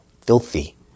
filthy